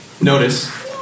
Notice